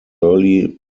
early